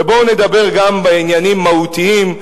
בואו נדבר גם על עניינים מהותיים,